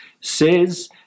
says